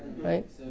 right